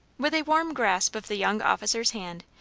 with a warm grasp of the young officer's hand,